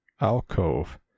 alcove